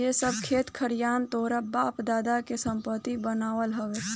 इ सब खेत खरिहान तोहरा बाप दादा के संपत्ति बनाल हवे